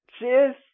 Cheers